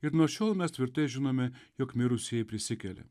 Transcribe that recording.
ir nuo šiol mes tvirtai žinome jog mirusieji prisikelia